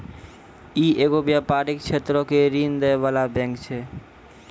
इ एगो व्यपारिक क्षेत्रो के ऋण दै बाला बैंक छै